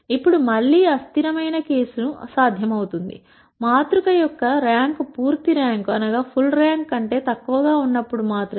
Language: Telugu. ఇప్పుడు మళ్ళీ అస్థిరమైన కేసు సాధ్యమవుతుంది మాతృక యొక్క ర్యాంక్ పూర్తి ర్యాంక్ కంటే తక్కువగా ఉన్నప్పుడు మాత్రమే